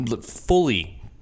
fully